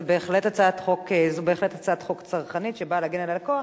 זו בהחלט הצעת חוק צרכנית שבאה להגן על הלקוח,